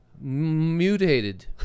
Mutated